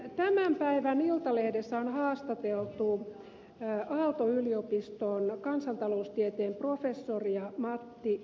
tämän päivän iltalehdessä on haastateltu aalto yliopiston kansantaloustieteen professoria matti liskiä